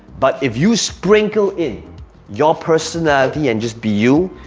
but if you sprinkle in your personality and just be you,